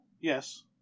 Yes